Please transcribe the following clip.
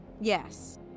Yes